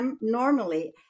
normally